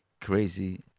crazy